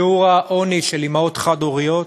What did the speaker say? שיעור העוני של אימהות חד הוריות,